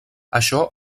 això